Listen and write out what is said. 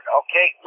okay